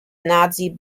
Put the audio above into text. nazi